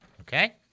Okay